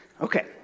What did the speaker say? Okay